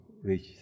reach